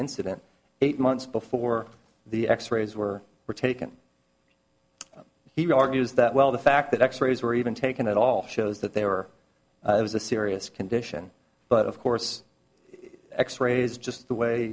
incident eight months before the x rays were taken he argues that well the fact that x rays were even taken at all shows that they were was a serious condition but of course x rays just the way